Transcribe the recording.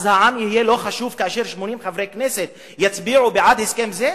אז העם יהיה לא חשוב כאשר 80 חברי כנסת יצביעו בעד הסכם זה?